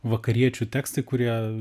vakariečių tekstai kurie